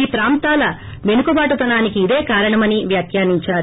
ఈ ప్రాంతాల పెనుకబాటుతనానికి ఇదే కారణమని వ్యాఖ్యానించారు